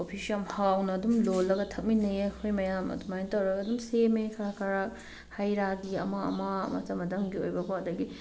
ꯀꯣꯐꯤꯁꯨ ꯌꯥꯝ ꯍꯥꯎꯅ ꯑꯗꯨꯝ ꯂꯣꯜꯂꯒ ꯊꯛꯃꯤꯟꯅꯩꯌꯦ ꯑꯩꯈꯣꯏ ꯃꯌꯥꯝ ꯑꯗꯨꯃꯥꯏꯅ ꯇꯧꯔꯒ ꯑꯗꯨꯝ ꯁꯦꯝꯃꯦ ꯈꯔ ꯈꯔ ꯍꯩꯔꯥꯒꯤ ꯑꯃ ꯑꯃ ꯃꯇꯝ ꯃꯇꯝꯒꯤ ꯑꯣꯏꯕꯀꯣ ꯑꯗꯒꯤ